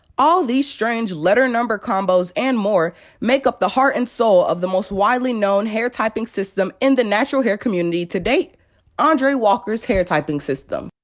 all these strange letter number combos and more make up the heart and soul of the most widely known hair typing system in the natural hair community to date andre walker's hair typing system!